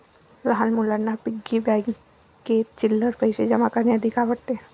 लहान मुलांना पिग्गी बँकेत चिल्लर पैशे जमा करणे अधिक आवडते